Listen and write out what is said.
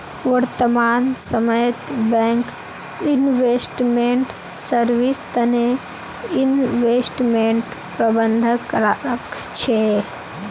वर्तमान समयत bank investment service तने इन्वेस्टमेंट प्रबंधक राखे छे